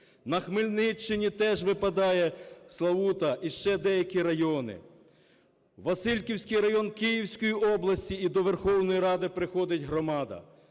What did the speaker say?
На Хмельниччині теж випадає Славута і ще деякі райони. Васильківський район Київської області, і до Верховної Ради приходить громада.